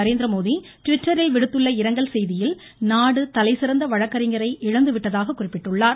நரேந்திரமோடி ட்விட்டரில் விடுத்துள்ள இரங்கல் செய்தியில் நாடு தலை சிறந்த வழக்கறிஞரை இழந்துவிட்டதாக குறிப்பிட்டுள்ளார்